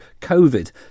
COVID